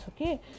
okay